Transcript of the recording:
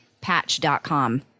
patch.com